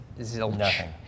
zilch